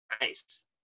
Nice